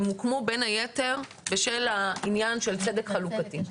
הן הוקמו בין היתר בשל העניין של צדק חלוקתי.